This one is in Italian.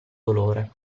dolore